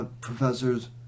professors